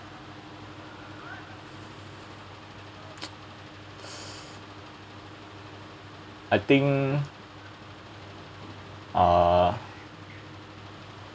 I think uh